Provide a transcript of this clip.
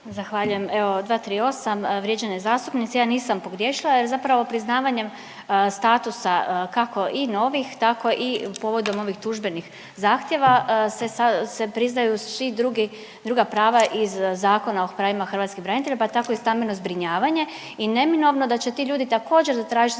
Zahvaljujem, evo 238., vrijeđanje zastupnice. Ja nisam pogriješila jer zapravo priznavanjem statusa kako i novih tako i povodom ovih tužbenih zahtjeva se priznaju svi drugi, druga prava iz Zakona o pravima hrvatskih branitelja, pa tako i stambeno zbrinjavanje i neminovno je da će ti ljudi također zatražiti